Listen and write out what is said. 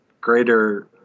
greater